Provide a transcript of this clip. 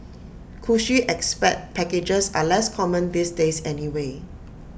cushy expat packages are less common these days anyway